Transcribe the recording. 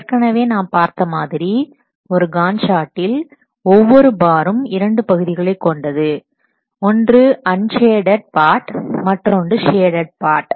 ஏற்கனவே நாம் பார்த்த மாதிரி ஒரு காண்ட் சார்டில் ஒவ்வொரு பாரும் இரண்டு பகுதிகளைக் கொண்டது 1 அன்ஷேடட் மற்றொன்று ஷேடட் பார்ட்